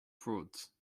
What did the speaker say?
frauds